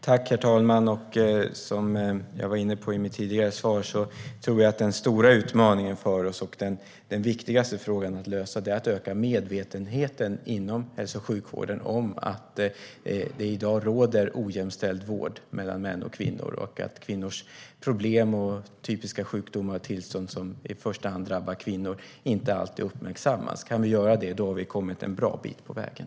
Herr talman! Som jag var inne på i mitt tidigare svar tror jag den stora utmaningen för oss och den viktigaste frågan att lösa är att öka medvetenheten inom hälso och sjukvården om att det i dag råder ojämställd vård mellan män och kvinnor och att kvinnors problem, typiska sjukdomar och tillstånd som i första hand drabbar kvinnor inte alltid uppmärksammas. Kan vi göra det har vi kommit en bra bit på vägen.